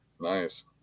Nice